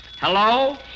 Hello